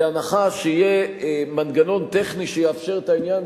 בהנחה שיהיה מנגנון טכני שיאפשר את העניין,